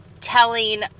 telling